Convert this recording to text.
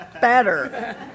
better